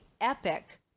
epic